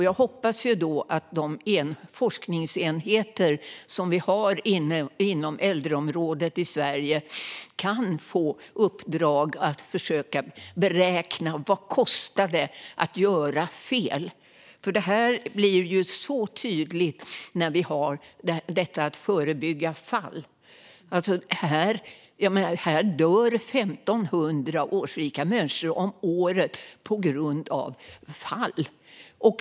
Jag hoppas att de forskningsenheter som vi har på äldreområdet i Sverige kan få i uppdrag att försöka beräkna vad det kostar att göra fel. Det blir så tydligt när vi ser på detta med att förebygga fall. Det dör 1 500 årsrika människor om året på grund av fall.